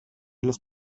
los